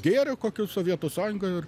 gėrio kokiu sovietų sąjunga ir